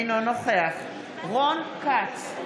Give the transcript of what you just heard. אינו נוכח רון כץ,